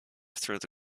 through